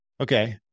Okay